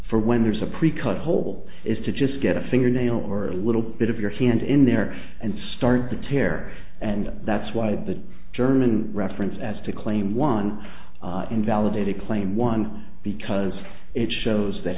for when there's a precut hole is to just get a fingernail or a little bit of your hand in there and start the tear and that's why the german reference as to claim one invalidated claim one because it shows that